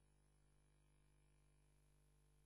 הישיבה הבאה תתקיים ביום שני,